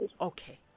Okay